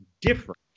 different